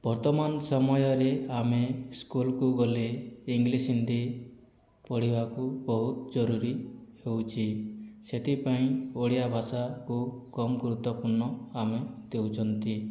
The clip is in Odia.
ବର୍ତ୍ତମାନ ସମୟରେ ଆମେ ସ୍କୁଲକୁ ଗଲେ ଇଙ୍ଗ୍ଲିଶ ହିନ୍ଦୀ ପଢ଼ିବାକୁ ବହୁତ ଜରୁରୀ ହେଉଛି ସେଥିପାଇଁ ଓଡ଼ିଆ ଭାଷାକୁ କମ୍ ଗୁରୁତ୍ୱପୂର୍ଣ୍ଣ ଆମେ ଦେଉଛନ୍ତି